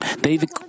David